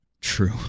True